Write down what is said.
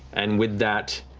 and with that,